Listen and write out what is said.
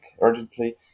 urgently